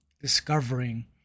discovering